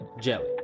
jelly